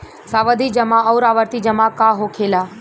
सावधि जमा आउर आवर्ती जमा का होखेला?